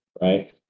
right